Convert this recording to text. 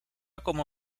como